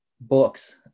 books